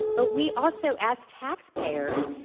but we also, as taxpayers,